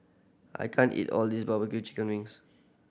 I can't eat all this barbecue chicken wings